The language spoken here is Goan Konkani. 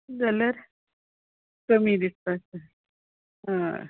जाल्यार कमी दिसपाचें होय